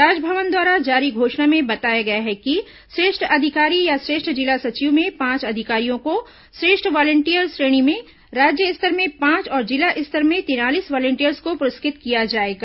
राजभवन द्वारा जारी घोषणा में बताया गया है कि श्रेष्ठ अधिकारी या श्रेष्ठ जिला सचिव में पांच अधिकारियों को श्रेष्ठ वॉलिंटियर श्रेणी में राज्य स्तर में पांच और जिला स्तर में तिरालीस वॉलिंटियर्स को पुरस्कृत किया जाएगा